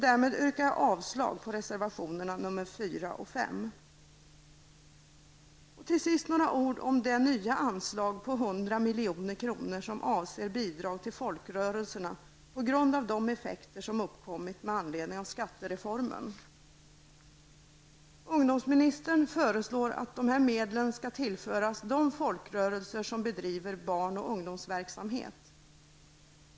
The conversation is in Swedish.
Därmed yrkar jag avslag på reservationerna 4 och Till sist några ord om det nya anslag på 100 milj.kr. Ungdomsministern föreslår att dessa medel skall tillföras de folkrörelser som bedriver barn och ungdomsverksamhet.